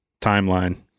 timeline